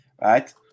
right